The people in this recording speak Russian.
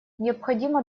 необходимо